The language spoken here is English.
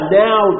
now